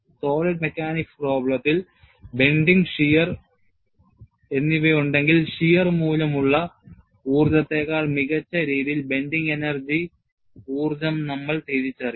Solid mechanics പ്രോബ്ലെത്തിൽ bending shear ഉണ്ടെങ്കിൽ shear മൂലമുള്ള ഊർജ്ജത്തേക്കാൾ മികച്ച രീതിയിൽ bending energy നമ്മൾ തിരിച്ചറിയും